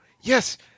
yes